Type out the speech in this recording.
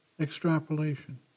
extrapolation